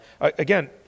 again